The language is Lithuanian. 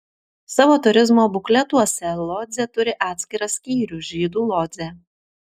savo turizmo bukletuose lodzė turi atskirą skyrių žydų lodzė